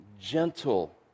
gentle